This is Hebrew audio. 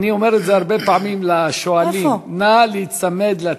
אני אומר את זה הרבה פעמים לשואלים: נא להיצמד לטקסט.